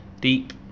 deep